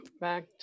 back